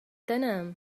تنام